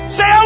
Say